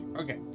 okay